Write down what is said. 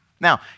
Now